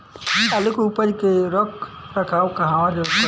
आलू के उपज के रख रखाव कहवा करी?